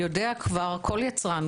יודע כל יצרן,